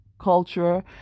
culture